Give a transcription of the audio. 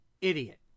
idiot